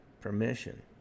permission